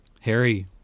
Harry